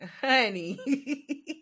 honey